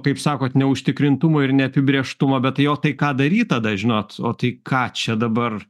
kaip sakot neužtikrintumo ir neapibrėžtumo bet o tai ką daryt tada žinot o tai ką čia dabar